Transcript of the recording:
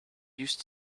used